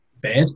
bad